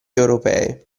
europee